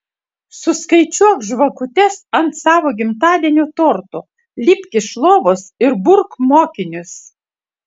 suskaičiuok žvakutes ant savo gimtadienio torto lipk iš lovos ir burk mokinius